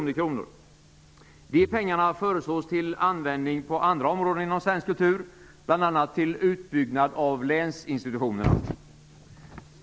De pengarna föreslås till användning på andra områden inom svensk kultur, bl.a. till utbyggnad av länsinstitutionerna.